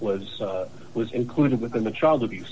was was included within the child abuse